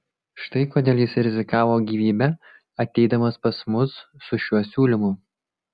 štai kodėl jis rizikavo gyvybe ateidamas pas mus su šiuo siūlymu